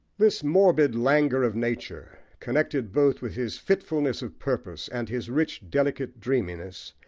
this morbid languor of nature, connected both with his fitfulness of purpose and his rich delicate dreaminess,